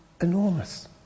enormous